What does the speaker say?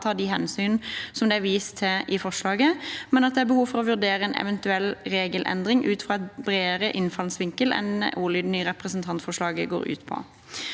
ivaretar de hensynene som det er vist til i forslaget, men at det er behov for å vurdere en eventuell regelendring ut fra en bredere innfallsvinkel enn ordlyden i representantforslaget går ut på.